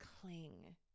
cling